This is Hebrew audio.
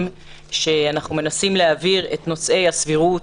כשאנחנו מנסים להעביר את נושאי הסבירות,